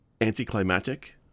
anticlimactic